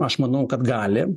aš manau kad gali